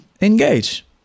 engage